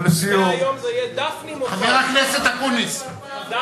ולסיום, דפני מופז.